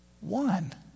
one